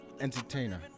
entertainer